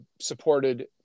supported